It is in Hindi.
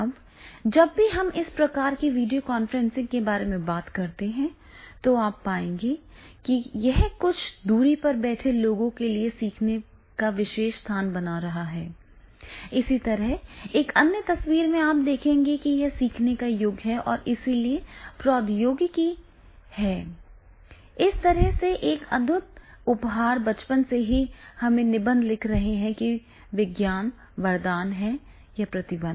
अब जब भी हम इस प्रकार की वीडियो कॉन्फ्रेंसिंग के बारे में बात करते हैं तो आप पाएंगे कि यह कुछ दूरी पर बैठे लोगों के लिए सीखने का विशेष स्थान बन रहा है इसी तरह एक अन्य तस्वीर में आप देखेंगे कि यह सीखने का युग है और इसलिए प्रौद्योगिकी है इस तरह का एक अद्भुत उपहार बचपन से ही हम निबंध लिख रहे हैं कि क्या विज्ञान वरदान है या प्रतिबंध